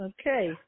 Okay